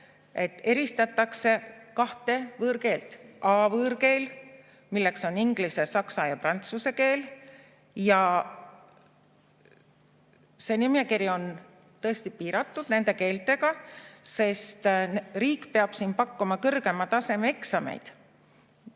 et eristatakse kahte võõrkeelt. A‑võõrkeel, milleks on inglise, saksa ja prantsuse keel – ja see nimekiri on tõesti piiratud nende keeltega, sest riik peab siin pakkuma kõrgema taseme eksameid